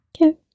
Okay